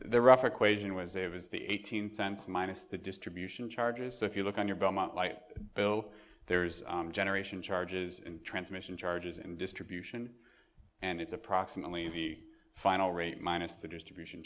was the eighteen cents minus the distribution charges so if you look at your belmont light bill there's generation charges in transmission charges in distribution and it's approximately the final rate minus the distribution